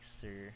sir